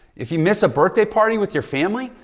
if you miss a birthday party with your family,